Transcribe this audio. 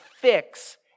fix